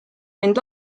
mind